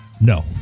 No